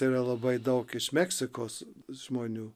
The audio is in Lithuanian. yra labai daug iš meksikos žmonių